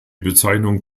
bezeichnung